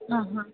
हां हां